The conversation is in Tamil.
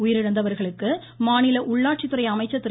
உயிரிழந்தவர்களுக்கு மாநில உள்ளாட்சித்துறை அமைச்சர் திரு